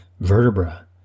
vertebra